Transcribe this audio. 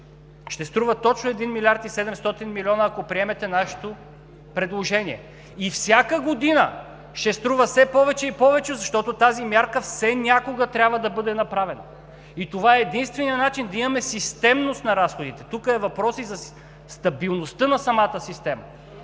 Ще струва точно 1 млрд. 700 млн. лв., ако приемете нашето предложение. Всяка година ще струва все повече и повече, защото тази мярка все някога трябва да бъде направена и това е единственият начин да имаме системност на разходите. Тук е въпросът и за стабилността на самата система.